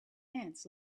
ants